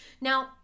Now